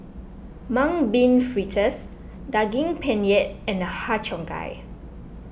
Mung Bean Fritters Daging Penyet and Har Cheong Gai